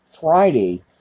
Friday